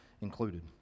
included